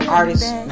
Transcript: artists